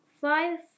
five